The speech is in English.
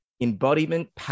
embodiment